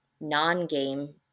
non-game